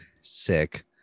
sick